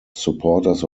supporters